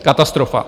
Katastrofa.